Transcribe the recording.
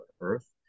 Earth